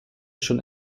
schon